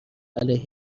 علیه